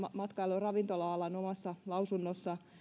matkailu ja ravintola alan omassa lausunnossa